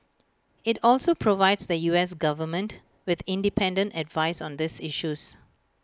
IT also provides the U S Government with independent advice on these issues